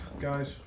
guys